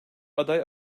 aday